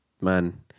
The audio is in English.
man